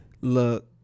Look